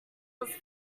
was